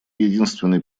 единственный